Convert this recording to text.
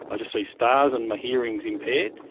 i just see stars and my hearing is impaired.